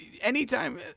Anytime